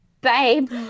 babe